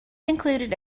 included